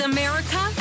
America